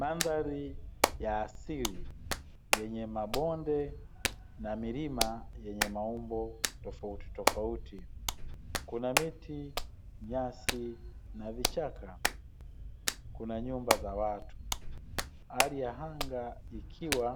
Mandhari ya asili yenye mabonde na milima yenye maumbo tofauti tofauti, kuna miti, nyasi na vichaka, kuna nyumba za watu, hali ya anga ikiwa